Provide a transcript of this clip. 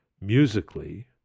musically